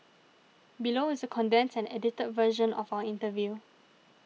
below is a condensed and edited version of our interview